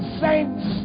saints